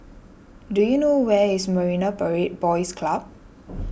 do you know where is Marine Parade Boys Club